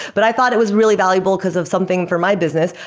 but i thought it was really valuable because of something for my business.